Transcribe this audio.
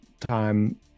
time